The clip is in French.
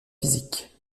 physique